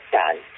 done